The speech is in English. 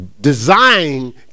design